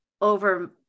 over